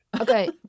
okay